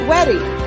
Wedding